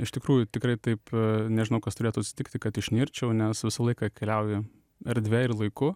iš tikrųjų tikrai taip nežinau kas turėtų atsitikti kad išnirčiau nes visą laiką keliauju erdve ir laiku